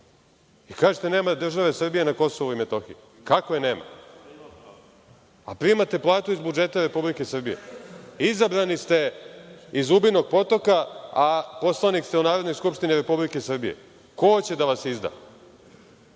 Kažete nema države Srbije na Kosovu i Metohiji. Kako je nema, a primate platu iz budžeta Republike Srbije? Izabrani ste iz Zubinog Potoka, a poslanik ste u Narodnoj skupštini Republike Srbije. Ko hoće da vas